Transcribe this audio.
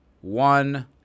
one